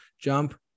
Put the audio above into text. Jump